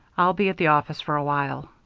i'll be at the office for a while.